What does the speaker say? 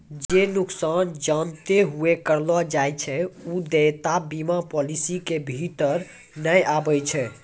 जे नुकसान जानते हुये करलो जाय छै उ देयता बीमा पालिसी के भीतर नै आबै छै